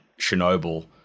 Chernobyl